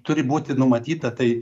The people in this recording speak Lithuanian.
turi būti numatyta tai